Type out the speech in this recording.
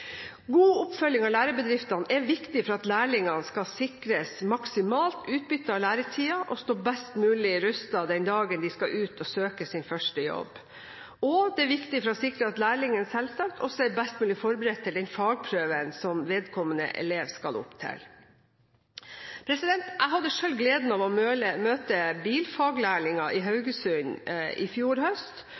God oppfølging av lærebedriftene er viktig for at lærlingene skal sikres maksimalt utbytte av læretiden og stå best mulig rustet den dagen de skal ut og søke sin første jobb, og det er viktig for å sikre at lærlingen selvsagt også er best mulig forberedt til den fagprøven som vedkommende elev skal opp til. Jeg hadde selv gleden av å møte bilfaglærlinger i Haugesund i fjor høst,